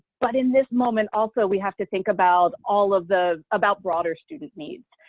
but in this moment, also we have to think about all of the, about broader students needs.